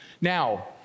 Now